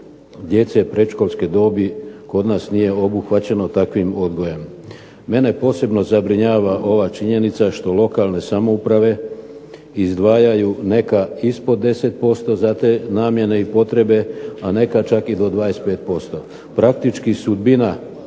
djece predškolske dobi kod nas nije obuhvaćeno takvim odgojem. Mene posebno zabrinjava ova činjenica što lokalne samouprave izdvajaju neka ispod 10% za te namjene i potrebe, a neka čak i do 25%. Praktički sudbina